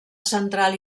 central